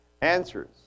answers